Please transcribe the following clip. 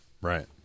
Right